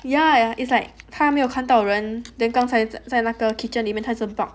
ya it's like 他没有看到人 then 刚才在那个 kitchen 里面还是 bark